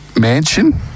mansion